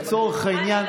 לצורך העניין,